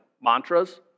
mantras